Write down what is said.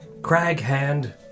Craghand